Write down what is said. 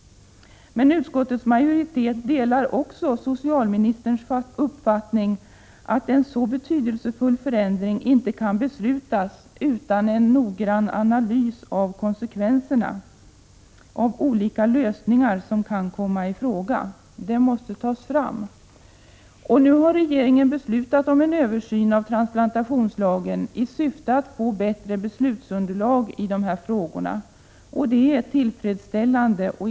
Men utskottets majoritet delar också socialministerns uppfattning att man inte kan besluta om en så betydelsefull förändring utan en noggrann analys av konsekvenserna av olika lösningar som kan komma i fråga. Nu har regeringen beslutat om en översyn av transplantationslagen i syfte att få bättre beslutsunderlag i dessa frågor. Det är tillfredsställande.